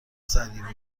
سریع